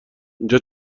اینجا